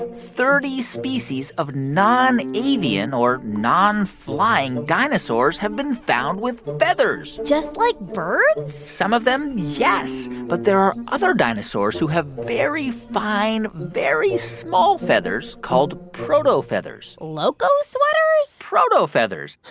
and thirty species of non-avian or non-flying dinosaurs have been found with feathers just like birds? some of them, yes. but there are other dinosaurs who have very fine, very small feathers called protofeathers loco sweaters? protofeathers.